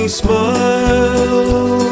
smile